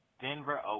Denver